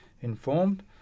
informed